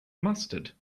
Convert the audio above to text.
mustard